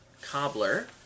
Cobbler